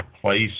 place